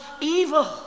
evil